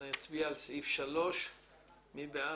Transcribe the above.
אני אצביע על סעיף 3. מי בעד?